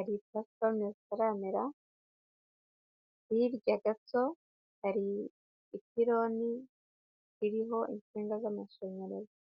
ibyatsi bitaramera, hirya gato hari ipironi iriho insinga z'amashanyarazi.